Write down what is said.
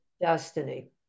destiny